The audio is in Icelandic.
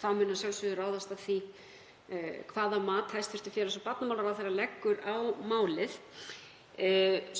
Það mun að sjálfsögðu ráðast af því hvaða mat hæstv. félags- og barnamálaráðherra leggur á málið.